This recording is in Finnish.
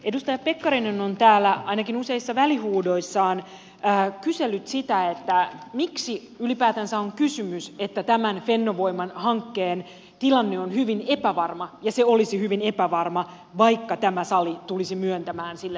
edustaja pekkarinen on täällä ainakin useissa välihuudoissaan kysellyt sitä miksi ylipäätänsä on kysymys että tämän fennovoiman hankkeen tilanne on hyvin epävarma ja se olisi hyvin epävarma vaikka tämä sali tulisi myöntämään sille luvan